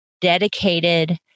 dedicated